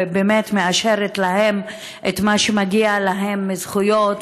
באמת מאשרים להם את מה שמגיע להם בזכויות,